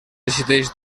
decideix